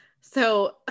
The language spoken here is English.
So-